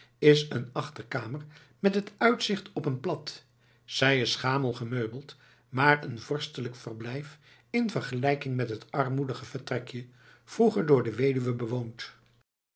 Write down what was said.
is een achterkamer met het uitzicht op een plat zij is schamel gemeubeld maar een vorstelijk verblijf in vergelijking met het armoedige vertrekje vroeger door de weduwe bewoond